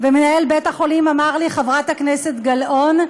ומנהל בית-החולים אמר לי: חברת הכנסת גלאון,